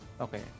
Okay